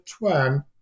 Tuan